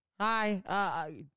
Hi